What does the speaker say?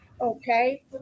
Okay